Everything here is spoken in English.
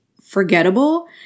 forgettable